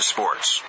Sports